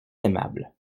aimable